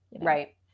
right